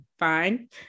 fine